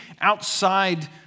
outside